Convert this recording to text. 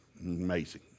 Amazing